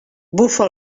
bufa